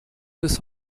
bis